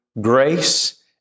grace